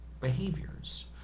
behaviors